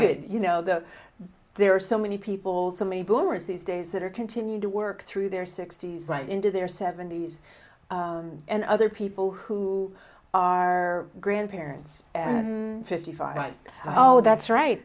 did you know that there are so many people so many boomers these days that are continue to work through their sixty's right into their seventy's and other people who are grandparents fifty five oh that's right